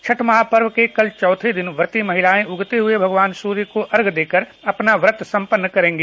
छठ महापर्व के कल चौथे दिन व्रती महिलाएं उगते हुए भगवान सूर्य को अर्घय देकर अपना व्रत सम्पन्न करेंगी